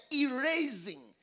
erasing